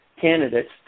candidates